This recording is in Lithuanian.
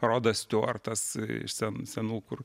rodas stiuartas iš sen senų kur